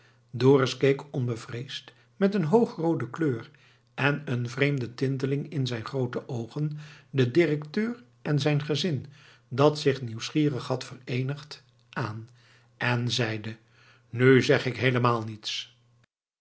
dorus keek onbevreesd met een hoogroode kleur en een vreemde tinteling in zijn groote oogen den directeur en zijn gezin dat zich nieuwsgierig had vereenigd aan en zei nu zeg ik heelemaal niets